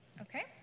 Okay